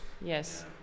Yes